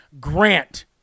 grant